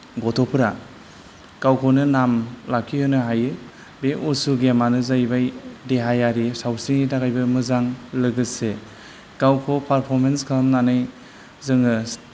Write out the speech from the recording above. गथ'फोरा गावखौनो नाम लाखिहोनो हायो बे असु गेमानो जाहैबाय देहायारि सावस्रिनि थाखायबो मोजां लोगोसे गावखौ पारफर्मेन्स खालामनानै जोङो